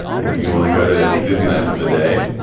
if you want to go to disneyland for the day,